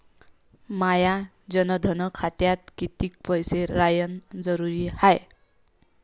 माया जनधन खात्यात कितीक पैसे रायन जरुरी हाय?